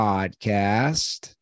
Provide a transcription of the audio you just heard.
Podcast